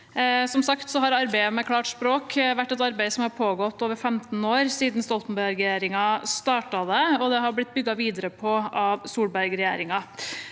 Som sagt har arbeidet med klart språk vært et arbeid som har pågått over 15 år, siden Stoltenberg-regjeringen startet det, og det har blitt bygd videre på av Solberg-regjeringen.